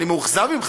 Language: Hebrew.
אני מאוכזב ממך,